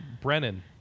Brennan